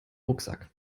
rucksack